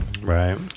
Right